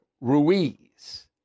Ruiz